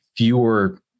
fewer